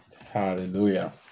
Hallelujah